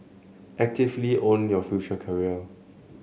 actively own your future career